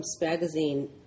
magazine